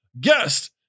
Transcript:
guest